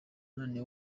none